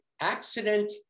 accident